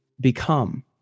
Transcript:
become